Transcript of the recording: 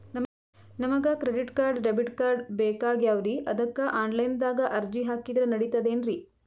ನಮಗ credit card, debit card ಬೇಕಾಗ್ಯಾವ್ರೀ ಅದಕ್ಕ ಆನಲೈನದಾಗ ಅರ್ಜಿ ಹಾಕಿದ್ರ ನಡಿತದೇನ್ರಿ?